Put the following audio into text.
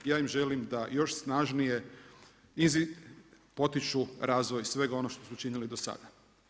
Ja im želim da još snažnije potiču razvoj svega onog što su činili i do sada.